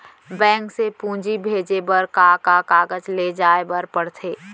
Bank से पूंजी भेजे बर का का कागज ले जाये ल पड़थे?